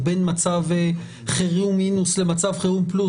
או במצב חירום מינוס למצב חירום פלוס,